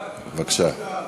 בבקשה.